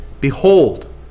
Behold